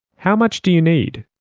how much do you need?